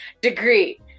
degree